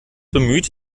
bemüht